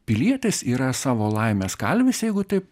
pilietis yra savo laimės kalvis jeigu taip